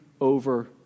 over